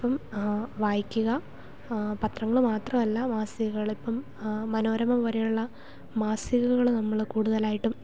അപ്പം വായിക്കുക പത്രങ്ങൾ മാത്രം അല്ല മാസികകൾ ഇപ്പം മനോരമ പോലെയുള്ള മാസികകൾ നമ്മൾ കൂടുതലായിട്ടും